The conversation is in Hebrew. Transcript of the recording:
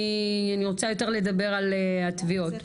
אני רוצה יותר לדבר על התביעות.